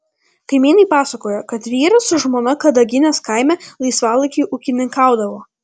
kaimynai pasakojo kad vyras su žmona kadaginės kaime laisvalaikiu ūkininkaudavo